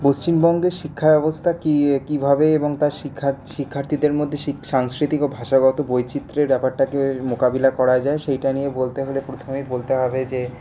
পশ্চিমবঙ্গের শিক্ষাব্যবস্থা কীভাবে এবং তার শিক্ষার্থীদের মধ্যে সাংস্কৃতিক ও ভাষাগত বৈচিত্র্যের ব্যাপারটাকে মোকাবিলা করা যায় সেইটা নিয়ে বলতে হলে প্রথমেই বলতে হবে যে